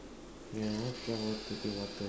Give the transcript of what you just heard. yeah what's wrong want to drink water